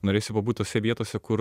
norėjosi pabūt tose vietose kur